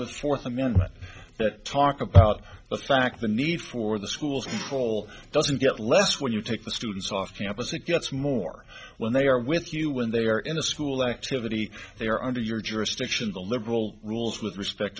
with fourth amendment that talk about the fact the need for the schools whole doesn't get less when you take the students off campus it gets more when they are with you when they are in a school activity they are under your jurisdiction the liberal rules with respect